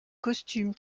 costume